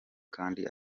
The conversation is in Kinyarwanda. kandi